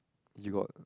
you got